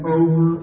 over